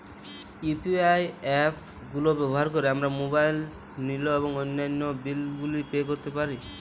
UPI app গুলো ব্যবহার করে আমরা মোবাইল নিল এবং অন্যান্য বিল গুলি পে করতে পারি